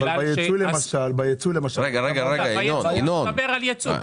בייצוא למשל --- אני מדבר על ייצוא.